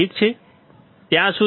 ઠીક છે